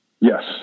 Yes